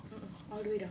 mm mm all the way down